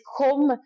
come